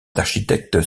architectes